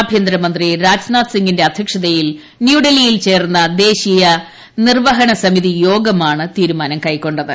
ആഭ്യന്തരമന്ത്രി രാജ്നാഥ് സിംഗിന്റെ അധ്യക്ഷതയിൽ ന്യൂഡൽഹിയിൽ ചേർന്ന ദേശീയ നിർവ്വഹണ സമിതി യോഗമാണ് തീരുമാനം കൈക്കൊ ത്